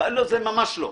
ממש לא.